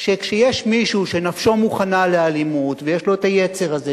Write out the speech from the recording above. שכשיש מישהו שנפשו מוכנה לאלימות ויש לו היצר הזה,